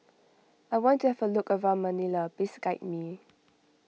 I want to have a look around Manila please guide me